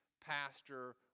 pastor